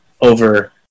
over